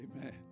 Amen